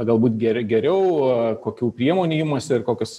galbūt ger geriau kokių priemonių imasi ir kokius